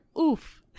oof